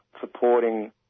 supporting